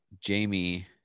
jamie